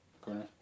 Corner